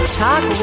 talk